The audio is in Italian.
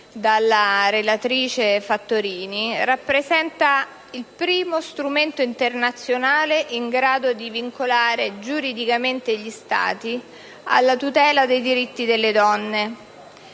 dalla relatrice Fattorini, rappresenta il primo strumento internazionale in grado di vincolare giuridicamente gli Stati alla tutela dei diritti delle donne.